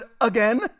again